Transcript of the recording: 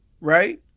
right